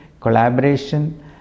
collaboration